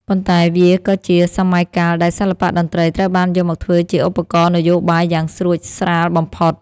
ប៉ុន្តែវាក៏ជាសម័យកាលដែលសិល្បៈតន្ត្រីត្រូវបានយកមកធ្វើជាឧបករណ៍នយោបាយយ៉ាងស្រួចស្រាលបំផុត។